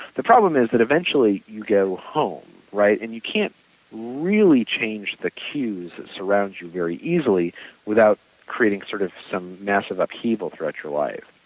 the problem is that eventually you go home, right. and you can't really change the cues that surround you very easily without creating sort of some massive appeal throughout your life.